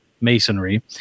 Masonry